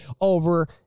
over